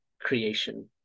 creation